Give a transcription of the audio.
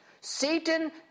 Satan